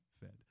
fed